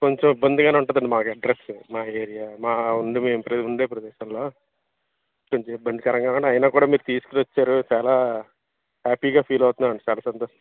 కొంచెం ఇబ్బందిగానే ఉంటుందండి మా అడ్రస్ మా ఏరియా మా ఉండి మేము ఉండే ప్రదేశంలో కొంచెం ఇబ్బందికరంగానే అయినా కూడా మీరు తీసుకుని వచ్చారు చాలా హ్యాపీగా ఫీల్ అవుతున్నాండి చాలా సంతోష